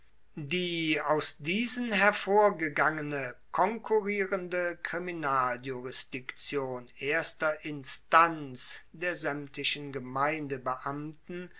die aus diesen hervorgegangene konkurrierende kriminaljurisdiktion erster instanz der saemtlichen